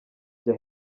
njya